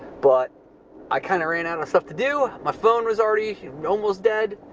but i kinda ran out of stuff to do, my phone was already you know almost dead,